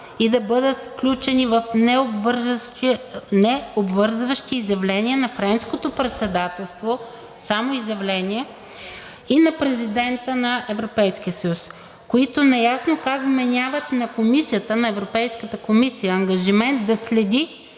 и да бъдат включени в необвързващи изявления на Френското председателство – само изявления, и на президента на Европейския съюз, които неясно как вменяват на Европейската комисия ангажимент да следи